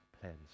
plans